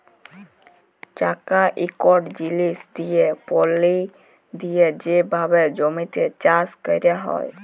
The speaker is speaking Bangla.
চাকা ইকট জিলিস দিঁয়ে পলি দিঁয়ে যে ভাবে জমিতে চাষ ক্যরা হয়